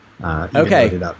Okay